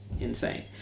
insane